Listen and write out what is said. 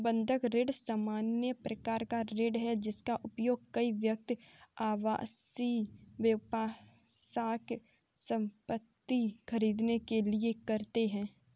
बंधक ऋण सामान्य प्रकार का ऋण है, जिसका उपयोग कई व्यक्ति आवासीय, व्यावसायिक संपत्ति खरीदने के लिए करते हैं